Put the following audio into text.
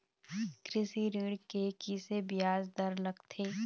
कृषि ऋण के किसे ब्याज दर लगथे?